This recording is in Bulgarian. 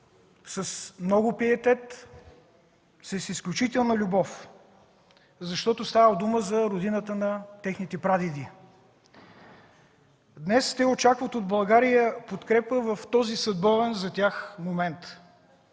с много пиетет, с изключителна любов, защото става дума за родината на техните прадеди. Днес те очакват от България подкрепа в този съдбовен за тях момент.